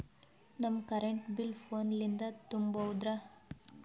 ನಮ್ current bill ಫೋನ ಲಿಂದೇ ತುಂಬೌದ್ರಾ?